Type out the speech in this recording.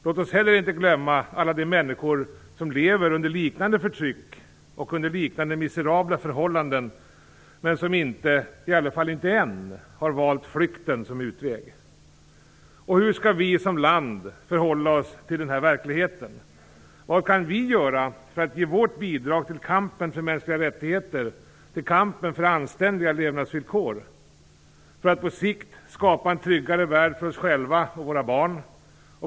Låt oss inte heller glömma alla de människor som lever under liknande förtryck och under liknande miserabla förhållanden men som - i varje fall inte än - har valt flykten som utväg. Hur skall vi som land förhålla oss till den här verkligheten? Vad kan vi göra för att ge vårt bidrag till kampen för mänskliga rättigheter, till kampen för anständiga levnadsvillkor, för att på sikt skapa en tryggare värld för oss själva och våra barn?